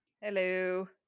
Hello